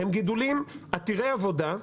הם גידולי עתירי עבודה,